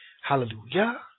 Hallelujah